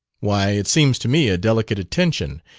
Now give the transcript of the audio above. why, it seems to me a delicate attention,